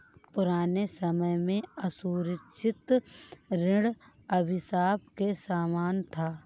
पुराने समय में असुरक्षित ऋण अभिशाप के समान था